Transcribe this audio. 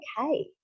okay